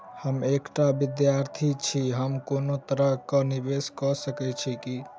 हम एकटा विधार्थी छी, हम कोनो तरह कऽ निवेश कऽ सकय छी की?